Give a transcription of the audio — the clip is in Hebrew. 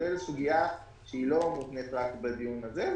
זו סוגיה שלא מותנית רק בדיון הזה,